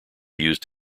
used